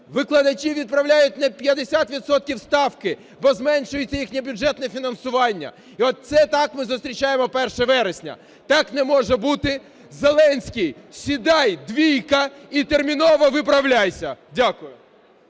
викладачів відправляють на 50 відсотків ставки, бо зменшується їхнє бюджетне фінансування. І це так ми зустрічаємо 1 вересня. Так не може бути. Зеленський, сідай, двійка і терміново виправляйся. Дякую.